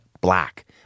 black